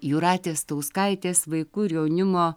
jūratės stauskaitės vaikų ir jaunimo